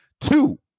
Two